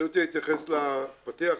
אני רוצה להתייחס לפתיח.